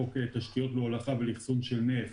חוק תשתיות להולכה ואחסון של נפט,